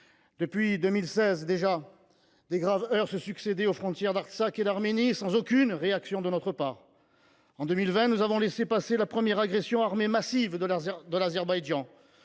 Depuis 2016, de graves heurts se succédaient déjà aux frontières de l’Artsakh et de l’Arménie, sans aucune réaction de notre part. En 2020, nous avons laissé passer la première agression armée massive de l’Azerbaïdjan.